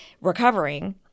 recovering –